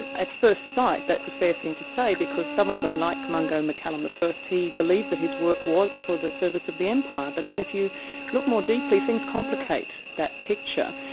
and at first sight that's a fair thing to say because some of them like mungo and mccallum first, he believed that his work was for the service of the empire, but then if you look more deeply, things complicate that picture.